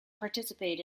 participate